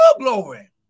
glory